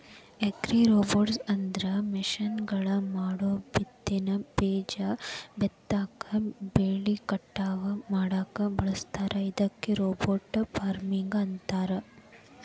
ಅಗ್ರಿರೋಬೊಟ್ಸ್ಅಂದ್ರ ಮಷೇನ್ಗಳನ್ನ ಮೋಡಬಿತ್ತನೆ, ಬೇಜ ಬಿತ್ತಾಕ, ಬೆಳಿ ಕಟಾವ್ ಮಾಡಾಕ ಬಳಸ್ತಾರ ಇದಕ್ಕ ರೋಬೋಟ್ ಫಾರ್ಮಿಂಗ್ ಅಂತಾರ